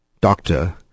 doctor